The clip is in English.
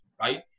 Right